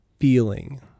feeling